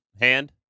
hand